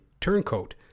turncoat